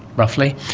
roughly.